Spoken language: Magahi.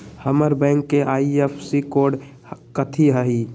हमर बैंक के आई.एफ.एस.सी कोड कथि हई?